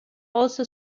also